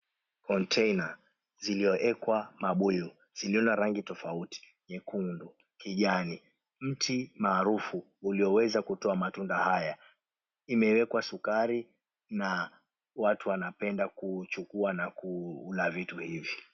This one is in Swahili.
Konteina ziliyowekwa mabuyu ziliyo na rangi tofauti nyekundu, kijani, mti maarufu uliyoweza kutoa matunda haya imewekwa sukari , na watu wanapenda kuchukua na kula vitu hivi.